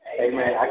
Amen